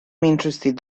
interested